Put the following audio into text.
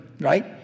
right